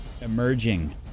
Emerging